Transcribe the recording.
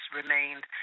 remained